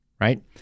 right